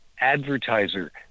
advertiser